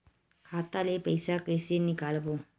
खाता ले पईसा कइसे निकालबो?